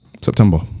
September